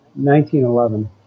1911